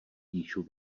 píšu